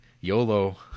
YOLO